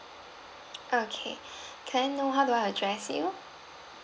okay can I know how do I address you